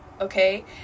Okay